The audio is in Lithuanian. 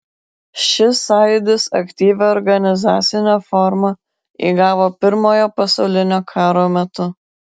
šis sąjūdis aktyvią organizacinę formą įgavo pirmojo pasaulinio karo metu